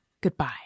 Goodbye